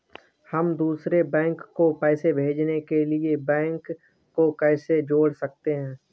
हम दूसरे बैंक को पैसे भेजने के लिए बैंक को कैसे जोड़ सकते हैं?